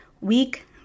Week